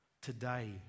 Today